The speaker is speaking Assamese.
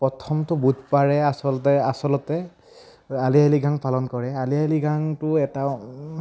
প্ৰথমটো বুধ বাৰে আচলতে আচলতে আলি আই লৃগাং পালন কৰে আলি আই লৃগাংটো এটা